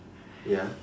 ya